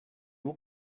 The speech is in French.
vous